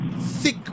thick